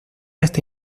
está